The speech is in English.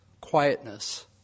quietness